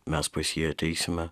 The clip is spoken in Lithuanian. mes pas jį ateisime